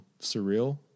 surreal